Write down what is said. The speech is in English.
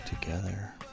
together